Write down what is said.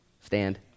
stand